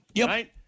right